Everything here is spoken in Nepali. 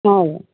अँ